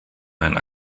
ein